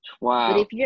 Wow